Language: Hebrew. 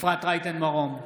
אפרת רייטן מרום,